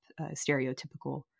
stereotypical